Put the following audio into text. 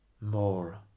More